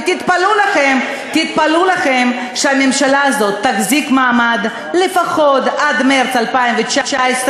ותתפלאו לכם שהממשלה הזאת תחזיק מעמד לפחות עד מרס 2019,